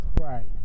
Right